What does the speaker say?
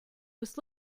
was